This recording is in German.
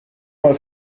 mal